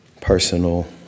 personal